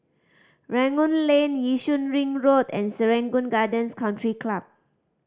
Rangoon Lane Yishun Ring Road and Serangoon Gardens Country Club